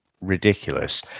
ridiculous